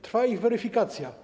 Trwa ich weryfikacja.